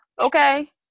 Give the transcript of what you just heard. Okay